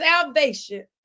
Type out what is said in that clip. salvation